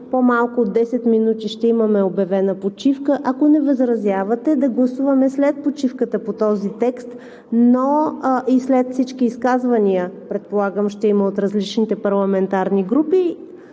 по-малко от 10 минути ще имаме обявена почивка – ако не възразявате, да гласуваме по този текст след почивката и след всички изказвания – предполагам, че ще има от различните парламентарни групи,